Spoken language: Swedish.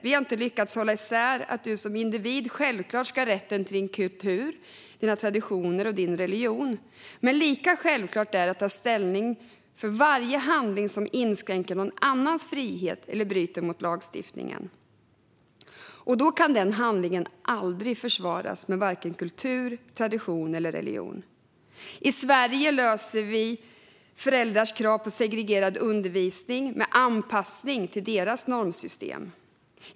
Vi har inte lyckats hålla isär att du som individ självklart ska ha rätten till din kultur, dina traditioner och din religion men att det är lika självklart att ta ställning mot varje handling som inskränker någon annans frihet eller bryter mot lagstiftningen. Den handlingen kan aldrig försvaras med vare sig kultur, tradition eller religion. I Sverige löser vi föräldrars krav på segregerad undervisning med anpassning till deras normsystem.